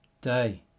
day